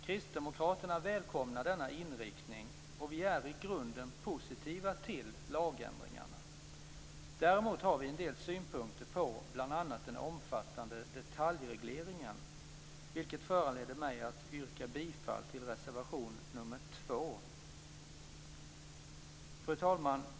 Kristdemokraterna välkomnar denna inriktning, och vi är i grunden positiva till lagändringarna. Däremot har vi en del synpunkter på bl.a. den omfattande detaljregleringen, vilket föranleder mig att yrka bifall till reservation nr 2. Fru talman!